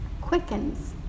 quickens